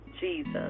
Jesus